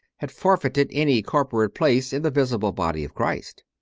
had forfeited any corporate place in the visible body of christ.